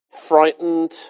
frightened